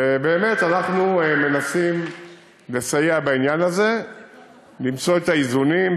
ובאמת אנחנו מנסים לסייע בעניין הזה למצוא את האיזונים,